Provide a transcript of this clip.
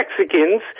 Mexicans